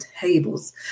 tables